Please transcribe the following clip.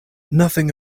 nothing